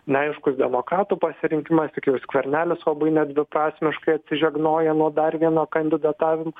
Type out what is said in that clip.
neaiškus demokratų pasirinkimas tik jau skvernelis labai nedviprasmiškai atsižegnoja nuo dar vieno kandidatavimo